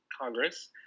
Congress